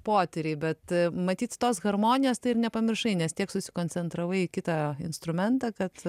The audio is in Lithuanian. potyriai bet matyt tos harmonijos tai ir nepamiršai nes tiek susikoncentravai į kitą instrumentą kad